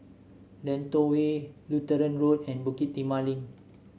Lentor Way Lutheran Road and Bukit Timah Link